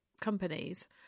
companies